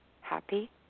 Happy